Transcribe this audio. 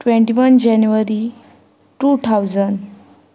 twenty one January two thousand